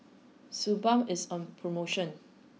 Suu Balm is on promotion